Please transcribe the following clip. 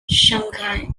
shanghai